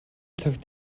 цагт